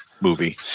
movie